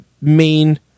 main